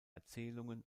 erzählungen